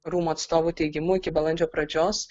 rūmų atstovų teigimu iki balandžio pradžios